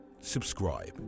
Subscribe